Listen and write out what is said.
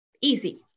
easy